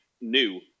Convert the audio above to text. new